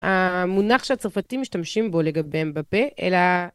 המונח שהצרפתים משתמשים בו לגביהם בפה אלא